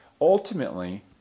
ultimately